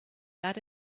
that